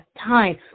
time